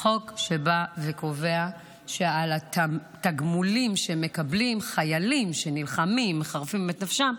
שקובע שעל התגמולים שמקבלים חיילים שנלחמים ומחרפים את נפשם,